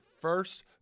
first